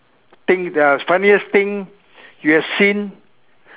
things uh funniest thing you have seen